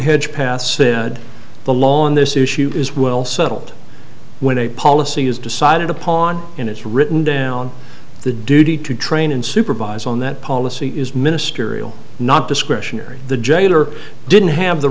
hedge pass said the law on this issue is well settled when a policy is decided upon and it's written down the duty to train and supervise on that policy is ministerial not discretionary the jailer didn't have the